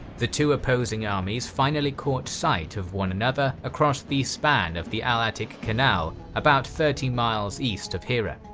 the two opposing armies finally caught sight of one another across the span of the al-atiq canal about thirty miles east of hira.